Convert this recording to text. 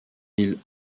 milles